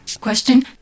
Question